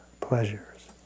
pleasures